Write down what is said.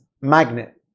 magnet